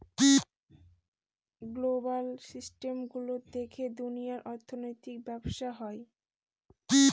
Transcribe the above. global system গুলো দেখে দুনিয়ার অর্থনৈতিক ব্যবসা হয়